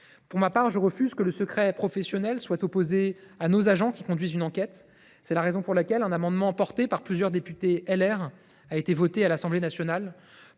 Pour ma part, je refuse que le secret professionnel soit opposé à nos agents qui conduisent une enquête. C’est la raison pour laquelle un amendement porté par plusieurs députés Les Républicains a été voté à l’Assemblée nationale